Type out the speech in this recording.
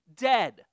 dead